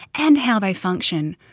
and how they function,